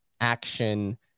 action